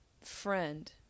friend